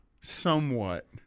somewhat